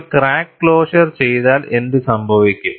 ഒരു crack closure ചെയ്താൽ എന്ത് സംഭവിക്കും